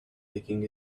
taking